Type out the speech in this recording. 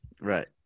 Right